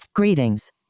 Greetings